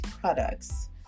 products